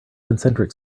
concentric